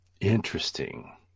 Interesting